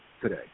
today